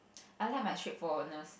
I like my straightforwardness